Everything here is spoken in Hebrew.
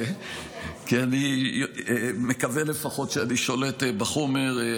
כי אני מקווה לפחות שאני שולט בחומר.